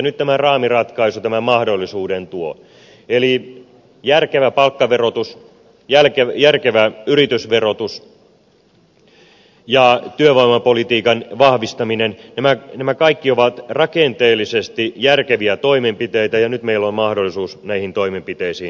nyt tämä raamiratkaisu tämän mahdollisuuden tuo eli järkevä palkkaverotus järkevä yritysverotus ja työvoimapolitiikan vahvistaminen nämä kaikki ovat rakenteellisesti järkeviä toimenpiteitä ja nyt meillä on mahdollisuus näihin toimenpiteisiin tarttua